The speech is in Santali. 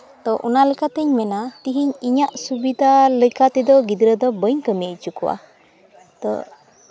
ᱛᱚ ᱚᱱᱟ ᱞᱮᱠᱟᱛᱤᱧ ᱢᱮᱱᱟ ᱛᱮᱦᱤᱧ ᱤᱧᱟᱹᱜ ᱥᱩᱵᱤᱫᱷᱟ ᱞᱮᱠᱟ ᱛᱮᱫᱚ ᱜᱤᱫᱽᱨᱟᱹ ᱫᱚ ᱵᱟᱹᱧ ᱠᱟᱹᱢᱤ ᱦᱚᱪᱚ ᱠᱚᱣᱟ ᱛᱳ